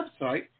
website